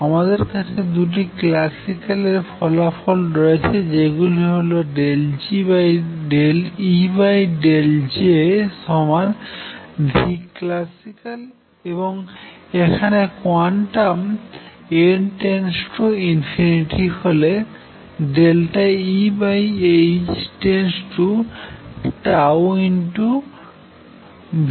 আমাদের কাছে দুটি ক্লাসিক্যাল এর ফলাফল রয়েছে যেগুলি হল ∂E∂Jclasicalএবং এখানে কোয়ান্টাম n হলে Eh→τclasical